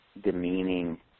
demeaning